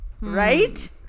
Right